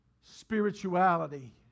spirituality